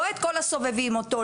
לא את כל הסובבים אותו.